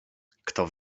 kto